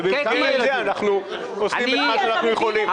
אנחנו עושים את מה שאנחנו יכולים.